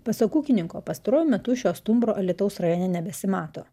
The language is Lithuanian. pasak ūkininko pastaruoju metu šio stumbro alytaus rajone nebesimato